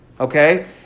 okay